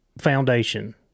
foundation